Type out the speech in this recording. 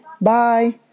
Bye